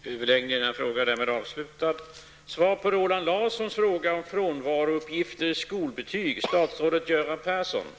Herr talman! Johan Lönnroth har frågat mig vad jag ämnar göra för att kungens anföranden skall följa regeringsformens anda. Jag ämnar inte göra någonting.